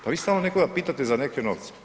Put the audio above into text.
Pa vi stalno nekoga pitate za neke novce.